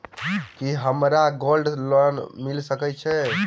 की हमरा gold loan मिल सकैत ये?